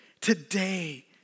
today